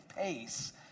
pace